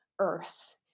earth